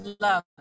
Love